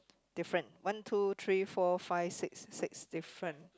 different one two three four five six six different